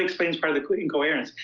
explains part of the incoherence.